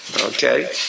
Okay